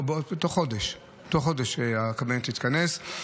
לא, בתוך חודש יתכנס הקבינט.